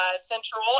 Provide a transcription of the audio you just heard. Central